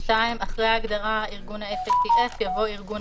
אחרי ההגדרה "ארגון ה-FATF" יבוא: ""ארגון